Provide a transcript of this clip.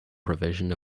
provision